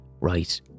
right